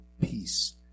Peace